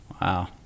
Wow